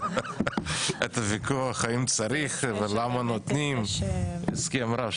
את הוויכוח האם צריך ולמה נותנים, הסכם רב-שנתי.